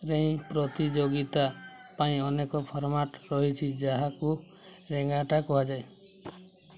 ରେଇଁ ପ୍ରତିଯୋଗିତା ପାଇଁ ଅନେକ ଫର୍ମାଟ୍ ରହିଛି ଯାହାକୁ ରେଗାଟ୍ଟା କୁହାଯାଏ